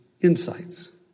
insights